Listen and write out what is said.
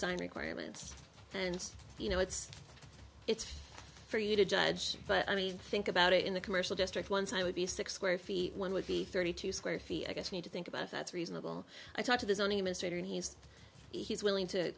sign requirements and you know it's it's for you to judge but i mean think about it in the commercial district once i would be six square feet one would be thirty two square feet i guess i need to think about that's reasonable i talk to the zoning administrators and he's he's willing to